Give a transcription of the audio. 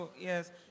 Yes